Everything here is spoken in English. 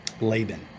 Laban